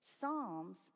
Psalms